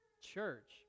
church